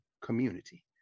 community